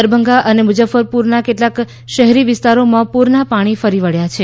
દરભંગા અને મુજફ્ફરપુરના કેટલાંક શહેરી વિસ્તારોમાં પૂરના પાણી ફરી વબ્યા છે